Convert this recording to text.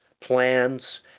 plans